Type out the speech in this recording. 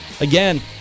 Again